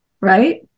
right